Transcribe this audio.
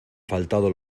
faltado